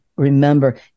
remember